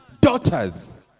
daughters